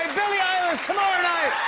billie eilish tomorrow night.